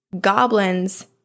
Goblins